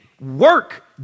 work